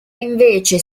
invece